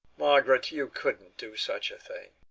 margaret, you couldn't do such a thing.